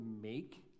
make